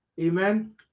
Amen